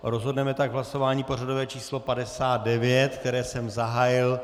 Rozhodneme tak v hlasování pořadové číslo 59, které jsem zahájil.